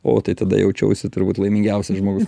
o tai tada jaučiausi turbūt laimingiausias žmogus